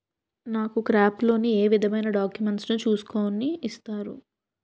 నాకు crop loan ఏ విధమైన డాక్యుమెంట్స్ ను చూస్కుని ఇస్తారు?